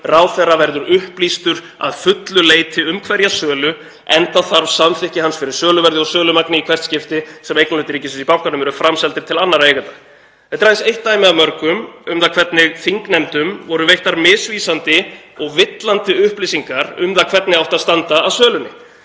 ráðherra verði: „… upplýstur að fullu leyti um hverja sölu, enda þarf samþykki hans fyrir söluverði og sölumagni í hvert skipti sem eignarhlutir ríkisins í bankanum eru framseldir til annarra eiganda.“ Þetta er aðeins eitt dæmi af mörgum um það hvernig þingnefndum voru veittar misvísandi og villandi upplýsingar um það hvernig ætti að standa að sölunni.